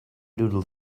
doodle